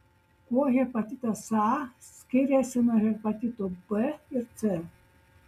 kuo hepatitas a skiriasi nuo hepatito b ir c